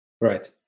Right